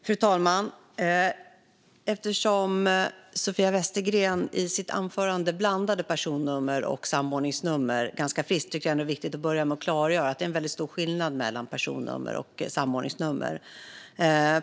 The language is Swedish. Fru talman! Eftersom Sofia Westergren i sitt inlägg blandade personnummer och samordningsnummer ganska friskt tycker jag att det är viktigt att börja med att klargöra att det är stor skillnad mellan personnummer och samordningsnummer.